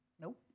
Nope